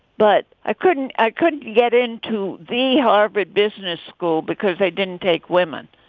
but i couldn't i couldn't get into the harvard business school because they didn't take women.